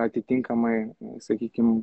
atitinkamai sakykim